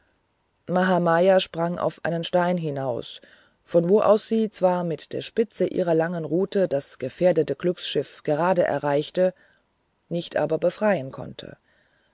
mahamaya sprang auf einen stein hinaus von wo aus sie zwar mit der spitze ihrer langen rute das gefährdete glücksschiff gerade erreichen nicht aber befreien konnte